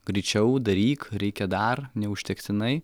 greičiau daryk reikia dar neužtektinai